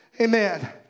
Amen